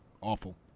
awful